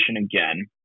again